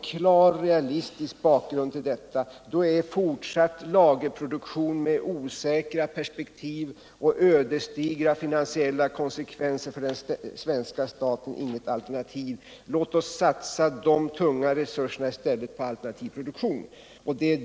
Då är fortsatt lagerproduktion med osäkra perspektiv och ödesdigra finansiella konsekvenser för den svenska staten ett dåligt alternativ. Låt oss i stället satsa de tunga resurserna på alternativ produktion.